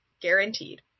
guaranteed